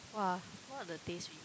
!wah! what are the taste